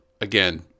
again